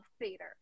theater